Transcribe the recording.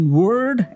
word